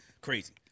crazy